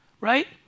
Right